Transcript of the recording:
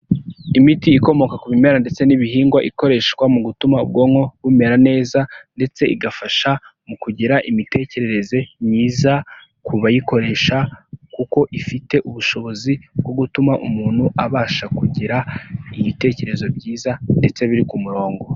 Imiti ikomoka ku bimera ndetse n'ibihingwa ikoreshwa mu gutuma ubwonko bumera neza, ndetse igafasha mu kugira imitekerereze myiza ku bayikoresha, kuko ifite ubushobozi bwo gutuma umuntu abasha kugira ibitekerezo byiza, ndetse biri ku murongo.